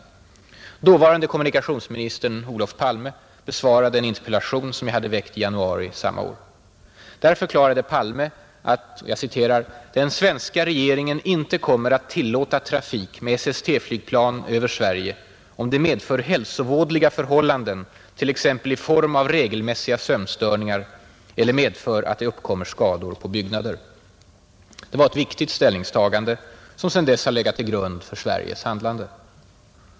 Dåvarande kommunikationsministern Olof Palme besvarade en interpellation som jag hade väckt i januari samma år, Då förklarade Palme att ”den svenska regeringen inte kommer att tillåta trafik med SST-flygplan över Sverige om det medför hälsovådliga förhållanden t.ex. i form av regelmässiga sömnstörningar eller medför att det uppkommer skador på byggnader”. Det var ett viktigt ställningstagande, som sedan dess har legat till grund för Sveriges handlande.